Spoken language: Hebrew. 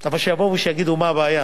אבל שיגידו מה הבעיה,